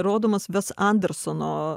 rodomas ves andersono